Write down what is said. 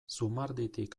zumarditik